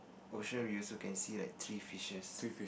ocean we also can see like three fishes